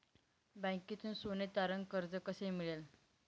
बँकेतून सोने तारण कर्ज कसे मिळेल?